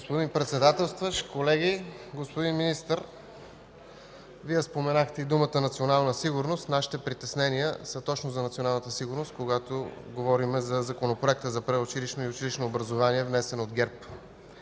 Господин Председателстващ, колеги! Господин Министър, Вие споменахте и думите „национална сигурност”. Нашите притеснения са точно за националната сигурност, когато говорим за Законопроекта за предучилищно и училищно образование, внесен от ГЕРБ.